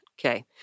Okay